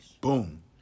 Boom